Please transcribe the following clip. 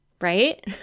right